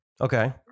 Okay